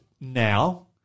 now